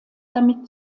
damit